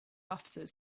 officers